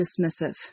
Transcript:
dismissive